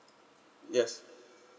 yes